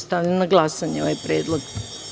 Stavljam na glasanje ovaj predlog.